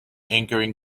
anchoring